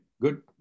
good